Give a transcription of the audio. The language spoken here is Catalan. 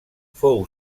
fou